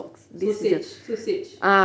sausage sausage